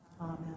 Amen